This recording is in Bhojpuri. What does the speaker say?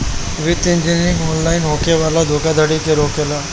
वित्तीय इंजीनियरिंग ऑनलाइन होखे वाला धोखाधड़ी के रोकेला